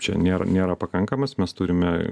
čia nėra nėra pakankamas mes turime